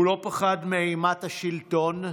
הוא לא פחד מאימת השלטון,